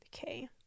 okay